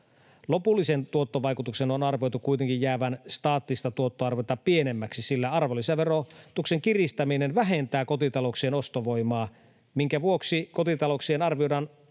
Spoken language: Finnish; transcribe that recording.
lopullisen tuottovaikutuksen on arvioitu kuitenkin jäävän staattista tuottoarviota pienemmäksi, sillä arvonlisäverotuksen kiristäminen vähentää kotitalouksien ostovoimaa, minkä vuoksi kotitalouksien arvioidaan